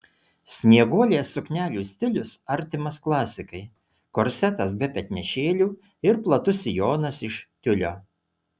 snieguolės suknelių stilius artimas klasikai korsetas be petnešėlių ir platus sijonas iš tiulio